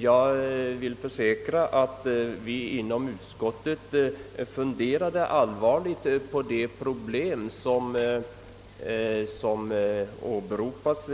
Jag vill försäkra att vi inom utskottet har ägnat vederbörlig uppmärksamhet åt de problem som här åberopats.